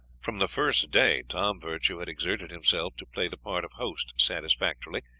from the first day tom virtue had exerted himself to play the part of host satisfactorily,